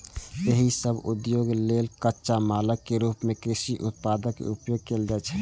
एहि सभ उद्योग लेल कच्चा मालक रूप मे कृषि उत्पादक उपयोग कैल जाइ छै